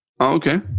okay